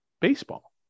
baseball